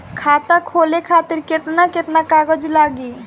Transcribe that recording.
खाता खोले खातिर केतना केतना कागज लागी?